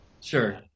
Sure